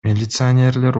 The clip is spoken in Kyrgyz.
милиционерлер